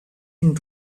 thing